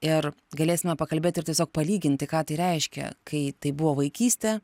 ir galėsime pakalbėt ir tiesiog palyginti ką tai reiškia kai tai buvo vaikystė